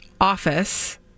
office